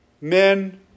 Men